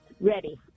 Ready